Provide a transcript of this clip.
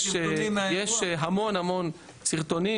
יש המון המון סרטונים